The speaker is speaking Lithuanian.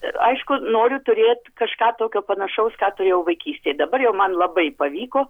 ir aišku noriu turėt kažką tokio panašaus ką turėjau vaikystėj dabar jau man labai pavyko